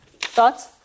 thoughts